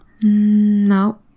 No